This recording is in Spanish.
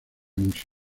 música